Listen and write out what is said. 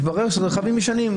התברר שאלה רכבים ישנים.